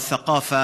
ציוויליזציה ותרבות,